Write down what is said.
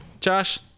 josh